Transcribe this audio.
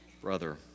brother